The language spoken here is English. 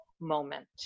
moment